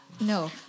No